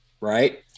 Right